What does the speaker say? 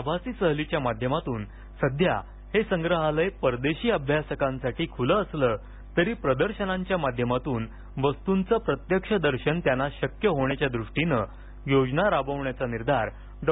आभासी सहलीच्या माध्यमातून सध्या हे संग्रहालय परदेशी अभ्यासकांसाठी खूलं असलं तरी प्रदर्शनाच्या माध्यमातून वस्तूंचं प्रत्यक्ष दर्शन त्यांना शक्य होण्याच्या दृष्टीनं योजना राबवण्याचा निर्धार डॉ